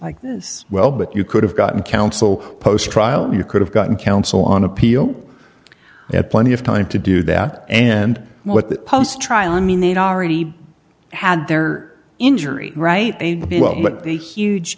like this well but you could have gotten counsel post trial you could have gotten counsel on appeal at plenty of time to do that and what that post trial i mean they'd already had their injury right